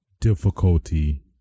difficulty